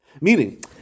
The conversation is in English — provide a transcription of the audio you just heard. Meaning